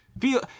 feel